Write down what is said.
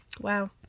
Wow